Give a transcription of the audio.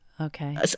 Okay